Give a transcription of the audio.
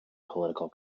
political